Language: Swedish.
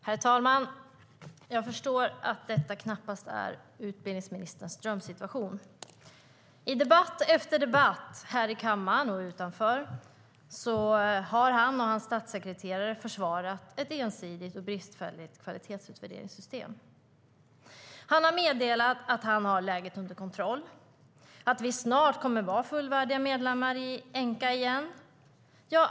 Herr talman! Jag förstår att detta knappast är utbildningsministerns drömsituation. I debatt efter debatt här i kammaren och utanför har han och hans statssekreterare försvarat ett ensidigt och bristfälligt kvalitetsutvärderingssystem. Han har meddelat att han har läget under kontroll och att Sverige snart kommer att vara fullvärdiga medlemmar i Enqa igen.